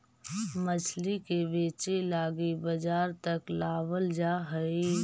मछली के बेचे लागी बजार तक लाबल जा हई